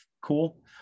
cool